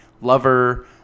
lover